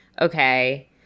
Okay